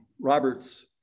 Robert's